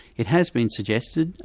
it has been suggested,